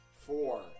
Four